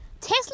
Tesla